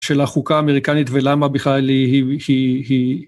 של החוקה האמריקנית ולמה בכלל היא...